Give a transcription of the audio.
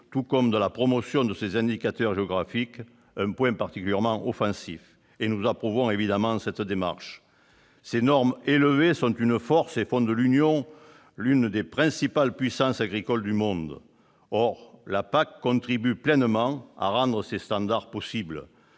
tout comme de la promotion de ses indicateurs géographiques, un point offensif. Nous approuvons évidemment cette démarche. Ces normes élevées sont une force et font de l'Union européenne l'une des principales puissances agricoles du monde. Or la PAC contribue pleinement à rendre ces standards possibles.